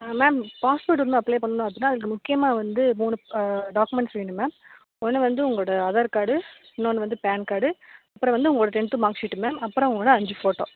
ஆ ma'am passport வந்து apply பண்ணணும் அப்படினா அதுக்கு முக்கியமாக வந்து மூணு டாக்குமெண்ட்ஸ் வேணும் மேம் ஒன்று வந்து உங்கோட ஆதார் கார்டு இன்னொன்று வந்து பேன் கார்டு அப்புறம் வந்து உங்களோட டென்த் மார்க் ஷீட்டு மேம் அப்புறம் உங்களோட அஞ்சு போட்டோ